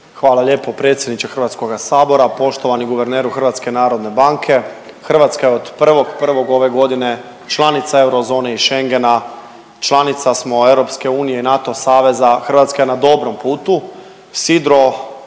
Hvala lijepo predsjedniče HS. Poštovani guverneru HNB-a, Hrvatska je od 1.1. ove godine članica Eurozone i Schengena, članica smo EU i NATO saveza, Hrvatska je na dobrom putu,